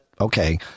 okay